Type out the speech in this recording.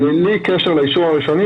בלי קשר לאישור הראשוני,